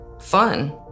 fun